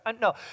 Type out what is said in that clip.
No